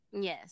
yes